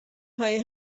هایی